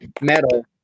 metal